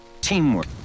Teamwork